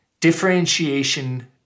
differentiation